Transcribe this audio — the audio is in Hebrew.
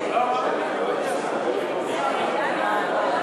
אז נחכה לקצת שקט.